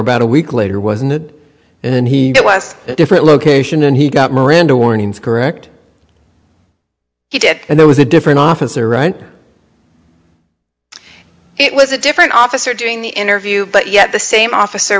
about a week later was new and he was different location and he miranda warnings correct he did and there was a different officer right it was a different officer doing the interview but yet the same officer